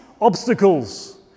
obstacles